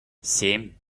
семь